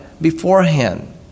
beforehand